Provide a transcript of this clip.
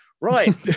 Right